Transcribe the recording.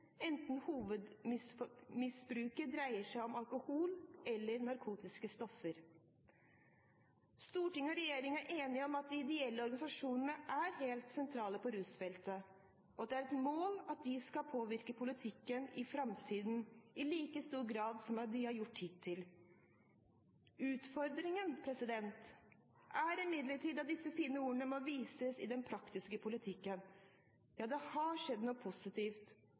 enten hovedmisbruket dreier seg om alkohol eller narkotiske stoffer. Stortinget og regjeringen er enige om at de ideelle organisasjonene er helt sentrale på rusfeltet, og at det er et mål at de skal påvirke politikken i framtiden i like stor grad som de har gjort hittil. Utfordringen er imidlertid at disse fine ordene må vises i den praktiske politikken. Det har skjedd noe positivt.